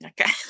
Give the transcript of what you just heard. okay